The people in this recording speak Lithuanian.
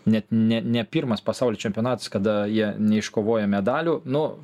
net ne ne pirmas pasaulio čempionatas kada jie neiškovoja medalių nu